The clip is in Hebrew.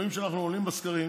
רואים שאנחנו עולים בסקרים